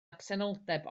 absenoldeb